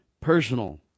personal